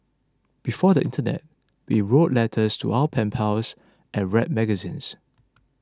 before the internet we wrote letters to our pen pals and read magazines